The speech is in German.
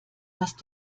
hast